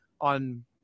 on